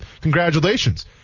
Congratulations